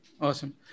Awesome